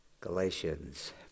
Galatians